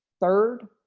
third,